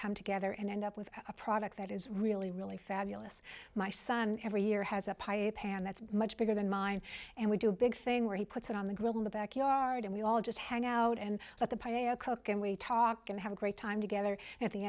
come together and end up with a product that is really really fabulous my son every year has a pipe pan that's much bigger than mine and we do a big thing where he puts it on the grill in the backyard and we all just hang out and let the player cook and we talk and have a great time together and at the